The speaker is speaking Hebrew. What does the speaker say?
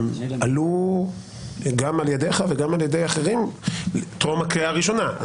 עלו גם על ידיך וגם על ידי אחרים טרום הקריאה הראשונה.